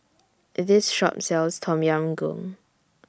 This Shop sells Tom Yam Goong